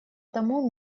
тому